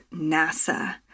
NASA